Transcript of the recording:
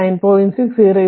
6 9